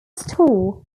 store